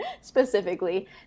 specifically